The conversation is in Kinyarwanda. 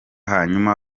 hanyuma